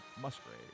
Musgrave